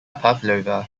pavlova